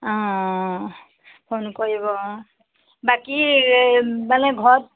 অ phone কৰিব অ বাকী মানে ঘৰত